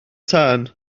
tân